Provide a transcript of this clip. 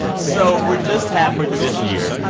so we're just halfway through this year.